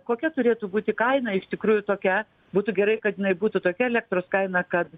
kokia turėtų būti kaina iš tikrųjų tokia būtų gerai kad jinai būtų tokia elektros kaina kad